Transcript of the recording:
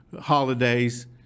holidays